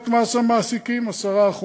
2. הורדנו את מס המעסיקים, 10%,